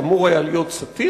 שאמור היה להיות סאטירה,